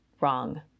wrong